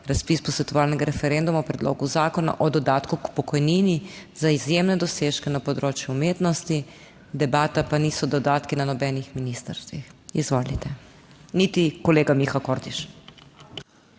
razpis posvetovalnega referenduma o predlogu zakona o dodatku k pokojnini za izjemne dosežke na področju umetnosti. Debata pa niso dodatki na nobenih ministrstvih, niti kolega Miha Kordiš.